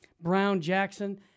Brown-Jackson